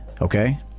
okay